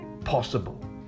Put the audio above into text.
possible